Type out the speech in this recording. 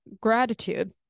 gratitude